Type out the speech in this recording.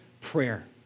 prayer